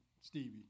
Stevie